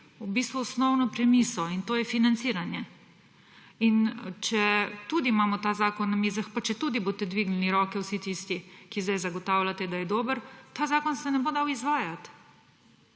v bistvu osnovno premiso; in to je financiranje. Četudi imamo ta zakon na mizah pa četudi boste dvignili roke vsi tisti, ki zdaj zagotavljate, da je dober, ta zakon se ne bo dal izvajati